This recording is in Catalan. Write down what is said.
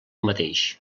mateix